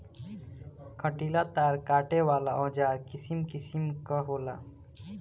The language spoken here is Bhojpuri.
कंटीला तार काटे वाला औज़ार किसिम किसिम कअ होला